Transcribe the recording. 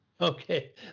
Okay